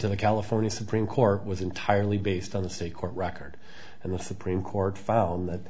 to the california supreme court was entirely based on the sea court record and the supreme court found that